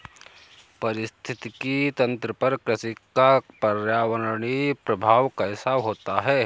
पारिस्थितिकी तंत्र पर कृषि का पर्यावरणीय प्रभाव कैसा होता है?